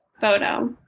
photo